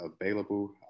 available